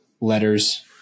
letters